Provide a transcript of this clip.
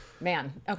man